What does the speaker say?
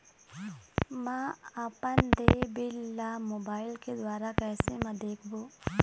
म अपन देय बिल ला मोबाइल के द्वारा कैसे म देखबो?